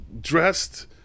dressed